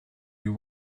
you